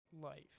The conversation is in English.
Life